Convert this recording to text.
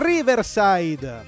Riverside